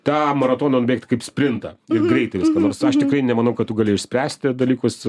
tą maratoną nubėgti kaip spintą ir greitai viską nors aš tikrai nemanau kad tu gali išspręsti dalykus